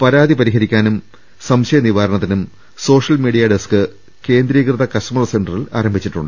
പരാതി പരിഹരിക്കാനും സംശയനിവാരണത്തിനും സോഷ്യൽമീഡിയ ഡെസ്ക് കേന്ദ്രീകൃത കസ്റ്റമർ സെന്ററിൽ ആരംഭി ച്ചു